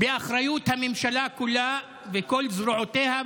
באחריות הממשלה כולה וכל זרועותיה,